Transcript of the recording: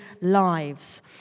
lives